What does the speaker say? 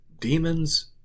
demons